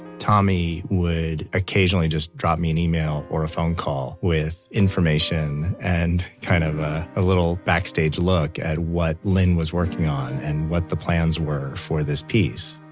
tommy would occasionally just drop me an email or a phone call with information and kind of a little backstage look at what lin was working on and what the plans were for this piece.